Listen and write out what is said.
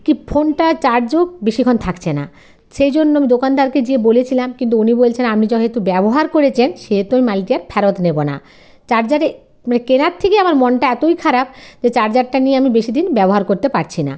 কী ফোনটা চার্জও বেশিক্ষণ থাকছে না সেই জন্য আমি দোকানদারকে যেয়ে বলেছিলাম কিন্তু উনি বলছেন আপনি যেহেতু ব্যবহার করেছেন সেহেতু ওই মালকে ফেরত নেব না চার্জারে মানে কেনার থেকেই আমার মনটা এতই খারাপ যে চার্জারটা নিয়ে আমি বেশি দিন ব্যবহার করতে পারছি না